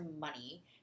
money